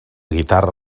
guitarra